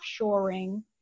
offshoring